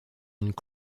une